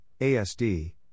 ASD